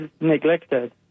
neglected